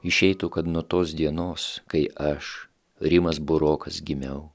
išeitų kad nuo tos dienos kai aš rimas burokas gimiau